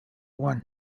one